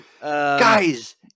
guys